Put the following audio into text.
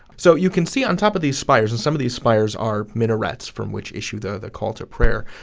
so you can see on top of these spires, and some of these spires are minarets, from which issue the ah the call to prayer.